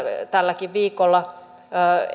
tälläkin viikolla